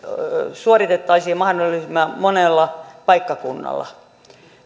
suoritettaisiin mahdollisimman monella paikkakunnalla